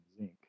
zinc